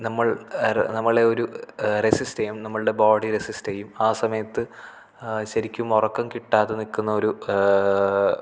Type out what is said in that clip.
നമ്മൾ ഒരു നമ്മളെ ഒരു റെസിസ്റ്റു ചെയ്യും നമ്മളുടെ ബോഡി റെസിസ്റ് ചെയ്യും ആ സമയത്ത് ശരിക്കും ഉറക്കം കിട്ടാതെ നിൽക്കുന്നൊരു